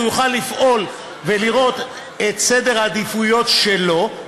הוא יוכל לפעול ולראות את סדר העדיפויות שלו,